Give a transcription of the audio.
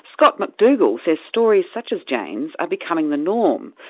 scott mcdougal says stories such as jane's are becoming the norm,